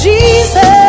Jesus